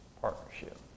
Partnership